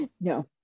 no